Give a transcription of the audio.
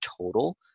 total